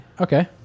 Okay